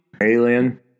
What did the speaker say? Alien